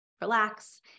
relax